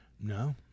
No